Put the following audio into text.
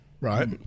Right